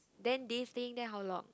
then did you staying there how long